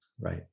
Right